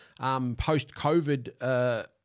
post-COVID